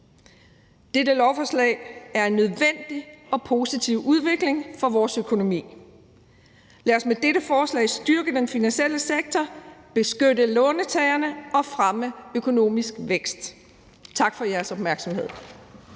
Dette lovforslag er en nødvendig og positiv udvikling for vores økonomi. Lad os med dette forslag styrke den finansielle sektor, beskytte låntagerne og fremme økonomisk vækst. Tak for jeres opmærksomhed.